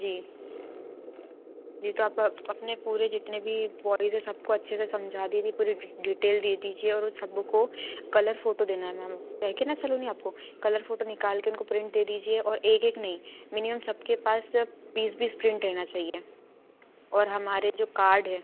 जी जी तो आप अपने पूरे जितने भी ब्वॉएज़ हैं सबको अच्छे से समझा दीजिए पूरे डीटेल दे दीजिए और सबको कलर फ़ोटो देना है मैम क्या है कि न सलोनी आपको कलर फ़ोटो निकाल कर उनको प्रिन्ट दे दीजिए और एक एक नई मिनिमम सबके पास बीस बीस प्रिन्ट रहना चाहिए और हमारे जो कार्ड है